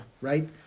right